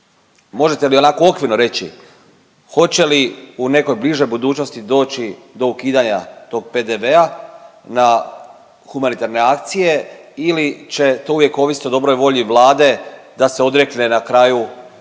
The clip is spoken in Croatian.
Možete li onako okvirno reći hoće li u nekoj bližoj budućnosti doći do ukidanja tog PDV-a na humanitarne akcije ili će to uvijek ovisiti o dobroj volji vlade da se odrekne na kraju nakon